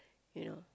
ya